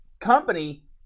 company